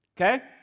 Okay